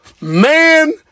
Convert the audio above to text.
Man